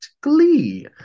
Glee